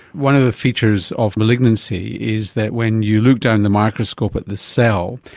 one of the features of malignancy is that when you look down the microscope at this cell,